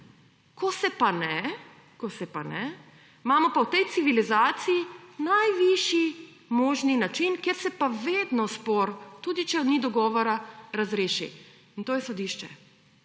ko se pa ne, imamo pa v tej civilizaciji najvišji možni način, kjer se pa vedno spor, tudi če ni dogovora, razreši in to je sodišče.